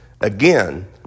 Again